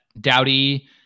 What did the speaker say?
Dowdy